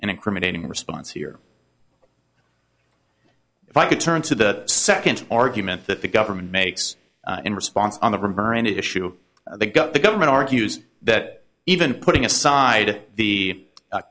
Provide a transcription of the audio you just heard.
incriminating response here if i could turn to the second argument that the government makes in response on the rumor and issue they've got the government argues that even putting aside the